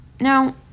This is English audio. Now